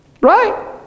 Right